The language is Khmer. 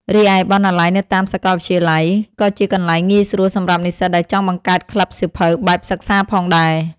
រីឯបណ្ណាល័យនៅតាមសាកលវិទ្យាល័យ ក៏ជាកន្លែងងាយស្រួលសម្រាប់និស្សិតដែលចង់បង្កើតក្លឹបសៀវភៅបែបសិក្សាផងដែរ។